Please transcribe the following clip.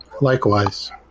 Likewise